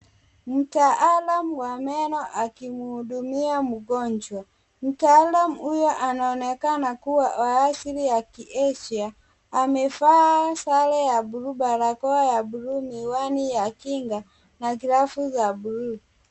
Mtaalam wa meno akimhudumia mgonjwa. Mtaalam huyo anaonekana kuwa wa asili ya Kiasia, amevaa sare ya bluu, barakoa ya bluu, miwani ya kinga na glavu za bluu.